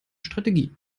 strategie